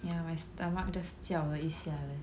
ya my stomach just 叫了一下 leh